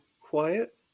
quiet